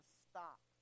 stop